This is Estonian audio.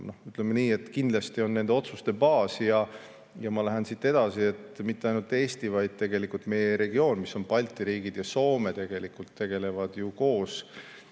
ütleme nii, kindlasti on nende otsuste baas ja ma lähen siit edasi, et mitte ainult Eesti, vaid [kogu] meie regioon ehk Balti riigid ja Soome, tegelevad ju koos